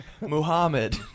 Muhammad